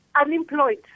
unemployed